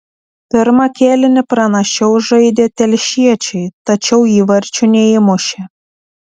pirmą kėlinį pranašiau žaidė telšiečiai tačiau įvarčių neįmušė